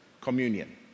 communion